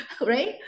right